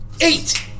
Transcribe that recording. Eight